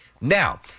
Now